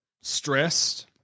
stressed